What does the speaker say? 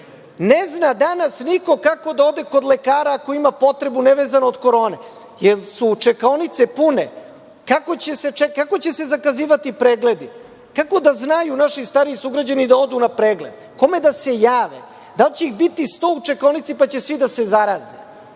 Ne zna danas niko kako da ode kod lekara ako ima potrebu, nevezano od Korone. Da li su čekaonice pune? Kako će se zakazivati pregledi? Kako da znaju naši stariji sugrađani da odu na pregled? Kome da se jave? Da li će ih biti 100 u čekaonici, pa će svi da se zaraze? Imali